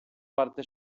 parte